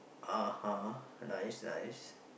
uh-huh nice nice